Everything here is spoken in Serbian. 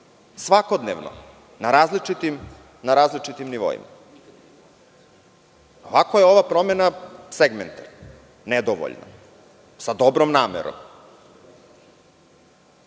svakodnevno na različitim nivoima. ovako je ova promena segment, nedovoljna, sa dobrom namerom. Još